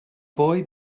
boy